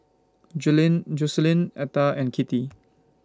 Jocelyne Etta and Kittie